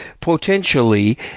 potentially